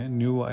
new